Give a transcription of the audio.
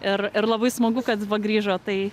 ir ir labai smagu kad va grįžo tai